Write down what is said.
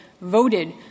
voted